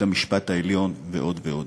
בית-המשפט העליון ועוד ועוד.